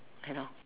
cannot